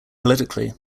politically